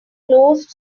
closed